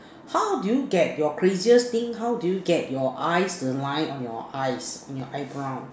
how do you get your craziest thing how do you get your eyes align on your eyes on your eye brow